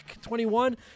21